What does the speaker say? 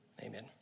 Amen